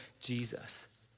Jesus